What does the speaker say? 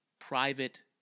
private